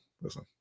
listen